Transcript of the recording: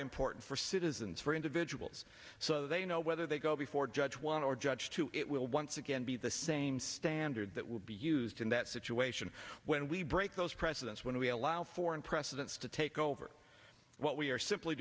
important for citizens for individuals so they know whether they go before judge one or judge two it will once again be the same standard that will be used in that situation when we break those presidents when we allow foreign precedents to take over what we are simply